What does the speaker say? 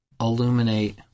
illuminate